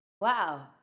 wow